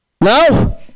No